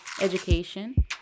education